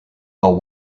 while